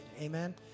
amen